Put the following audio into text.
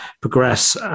progress